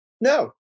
no